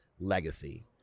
legacy